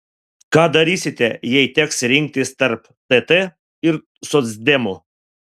ką darysite jei teks rinktis tarp tt ir socdemų